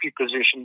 position